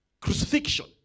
crucifixion